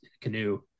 canoe